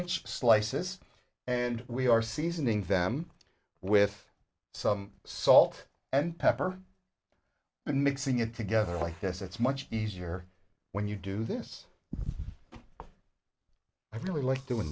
inch slices and we are seasoning them with some salt and pepper and mixing it together like this it's much easier when you do this i really like doing